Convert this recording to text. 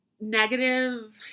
negative